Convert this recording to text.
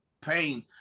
Pain